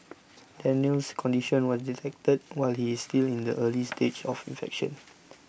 Daniel's condition was detected while he is still in the early stage of infection